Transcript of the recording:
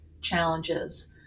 challenges